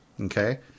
Okay